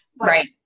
Right